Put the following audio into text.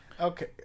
Okay